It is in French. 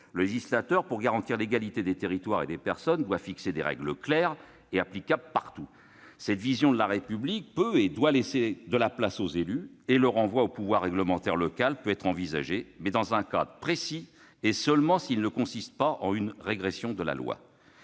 Le législateur, pour garantir l'égalité des territoires et des individus, doit fixer des règles claires et applicables partout. Cette vision de la République peut et doit laisser de la place aux élus. Le renvoi au pouvoir réglementaire local peut être envisagé, mais dans un cas précis et seulement s'il ne consiste pas en une régression de la loi.